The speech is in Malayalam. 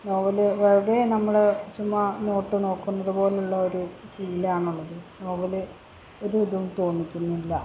നോവല് വെറുതെ നമ്മൾ ചുമ്മാ നോട്ട് നോക്കുന്നത് പോലുള്ള ഒരു ഫീൽ ആണുള്ളത് നോവല് ഒരു ഇതും തോന്നിക്കുന്നില്ല